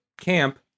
camp